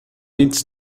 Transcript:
needs